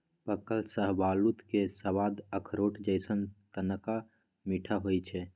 पाकल शाहबलूत के सवाद अखरोट जइसन्न तनका मीठ होइ छइ